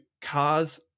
cars